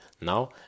now